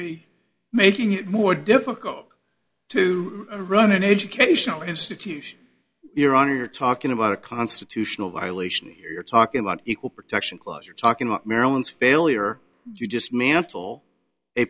increasingly making it more difficult to run an educational institution you're on you're talking about a constitutional violation here you're talking about equal protection clause you're talking about maryland's failure you just mantle a